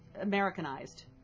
Americanized